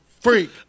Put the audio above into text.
freak